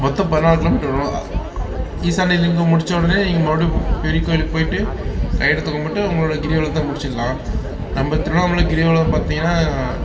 மொத்தம் பதினாலு கிலோமீட்ரு வரும் ஈசானி லிங்கம் முடித்தொடனயே நீங்கள் மறுபடியும் பெரிய கோயிலுக்கு போயிட்டு கை எடுத்து கும்பிட்டு உங்களோடய கிரிவலத்தை முடித்திடலாம் நம்ப திருவண்ணாமலை கிரிவலம் பார்த்திங்கனா